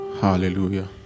Hallelujah